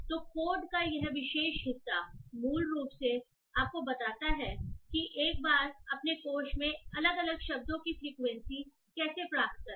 तो कोड का यह विशेष हिस्सा मूल रूप से आपको बताता है कि एक बार अपने कोष में अलग अलग शब्दों की फ्रीक्वेंसी कैसे प्राप्त करें